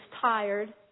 tired